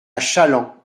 challans